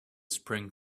spring